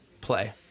play